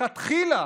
לכתחילה